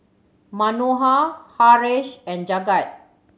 Manohar Haresh and Jagat